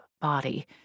body